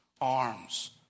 arms